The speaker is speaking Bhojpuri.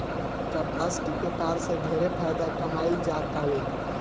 कपास के व्यापार से ढेरे फायदा कमाईल जातावे